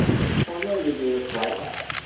miss cornelia gave a slight laugh.